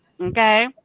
Okay